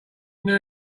knew